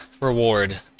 reward